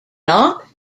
not